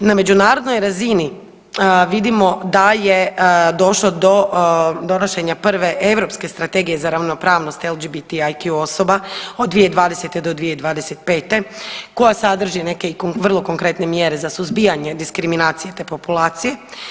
Na međunarodnoj razini vidimo da je došlo do donošenja prve europske Strategije za ravnopravnost LGBT IQ osoba od 2020. do 2025. koja sadrži i neke vrlo konkretne mjere za suzbijanje diskriminacije te populacije.